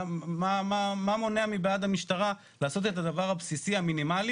מה מונע מהמשטרה לעשות את הדבר הבסיסי המינימלי